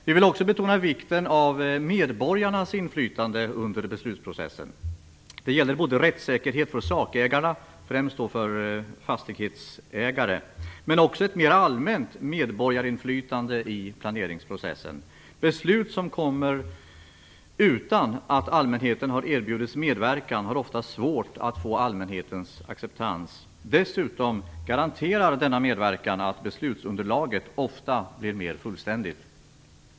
Vi vill också betona vikten av medborgarnas inflytande under beslutsprocessen. Det gäller både rättssäkerhet för sakägarna, främst då för fastighetsägare, och ett mer allmänt medborgarinflytande i planeringsprocessen. Beslut som kommer utan att allmänheten har erbjudits medverkan har ofta svårt att få allmänhetens acceptans. Dessutom garanterar denna medverkan att beslutsunderlaget ofta blir mera fullständigt.